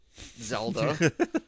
Zelda